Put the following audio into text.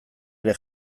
ere